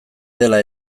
dela